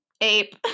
Ape